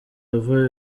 ava